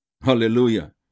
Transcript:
Hallelujah